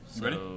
Ready